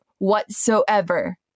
whatsoever